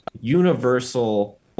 universal